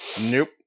Nope